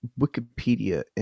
Wikipedia